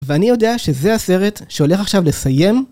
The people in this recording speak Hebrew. ואני יודע שזה הסרט שהולך עכשיו לסיים.